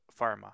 pharma